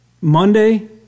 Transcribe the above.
Monday